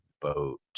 boat